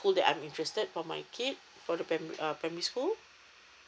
school that I'm interested for my kid uh for the prima~ primary school